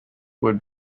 would